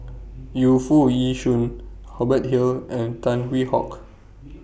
Yu Foo Yee Shoon Hubert Hill and Tan Hwee Hock